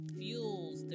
fuels